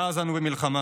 מאז, אנו במלחמה.